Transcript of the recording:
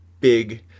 big